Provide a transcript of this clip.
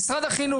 החינוך,